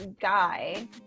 guy